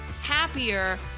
happier